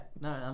no